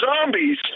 zombies